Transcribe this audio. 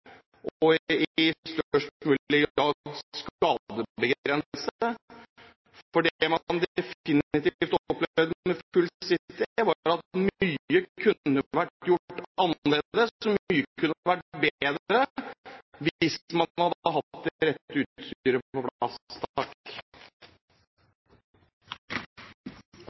Det man definitivt opplevde med «Full City», var at mye kunne ha vært gjort annerledes, mye kunne ha vært bedre, hvis man hadde hatt det rette utstyret på